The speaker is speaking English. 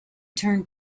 turned